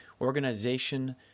Organization